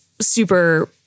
super